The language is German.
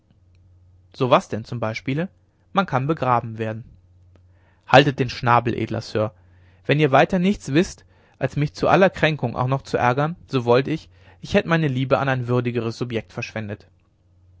so was denn zum beispiele man kann begraben werden haltet den schnabel edler sir wenn ihr weiter nichts wißt als mich zu aller kränkung auch noch zu ärgern so wollte ich ich hätte meine liebe an ein würdigeres subjekt verschwendet